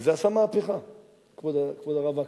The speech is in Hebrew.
וזה עשה מהפכה בצבא, כבוד הרב וקנין.